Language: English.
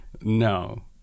no